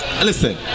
Listen